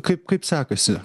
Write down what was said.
kaip kaip sekasi